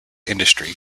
industry